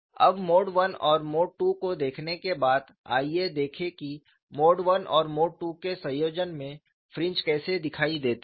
mixed mode mode I mode II अब mode I और mode II को देखने के बाद आइए देखें कि मोड I और मोड II के संयोजन में फ्रिंज कैसे दिखाई देते हैं